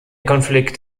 konflikt